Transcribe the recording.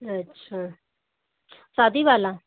अच्छा शादी वाला